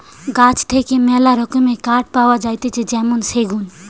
গাছ থেকে মেলা রকমের কাঠ পাওয়া যাতিছে যেমন সেগুন